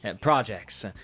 projects